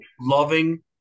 loving